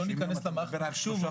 לא ניכנס למערכת המחשוב,